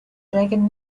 dragon